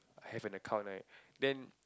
then have an account right then